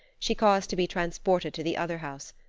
she caused to be transported to the other house,